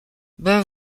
ben